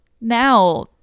now